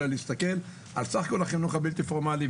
אלא להסתכל על סך כול החינוך הבלתי פורמלי,